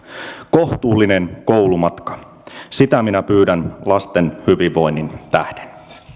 kohtuullinen koulumatka sitä minä pyydän lasten hyvinvoinnin tähden